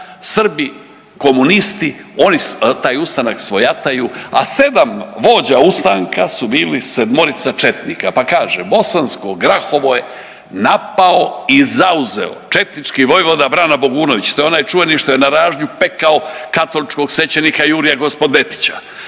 Srbi komunisti. Oni taj ustanak svojataju, a sedam vođa ustanka su bili sedmorica četnika, pa kaže: „Bosansko Grahovo je napao i zauzeo četnički vojvoda Vrano Bogunović.“ To je onaj čuveni što je na ražnju pekao katoličkog svećenika Jurija Gospodetića,